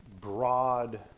broad